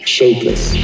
shapeless